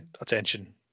attention